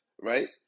right